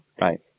Right